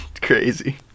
crazy